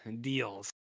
deals